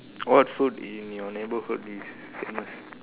what food in your neighbourhood is famous